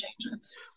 changes